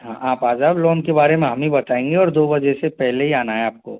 हाँ आप आ जाओ लोन के बारे में हम ही बताएंगे और दो बजे से पहले ही आना है आपको